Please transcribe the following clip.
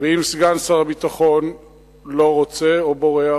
ואם סגן שר הביטחון לא רוצה או בורח,